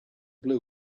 blue